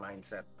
mindset